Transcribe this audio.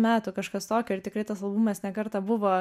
metų kažkas tokio ir tikrai tas albumas ne kartą buvo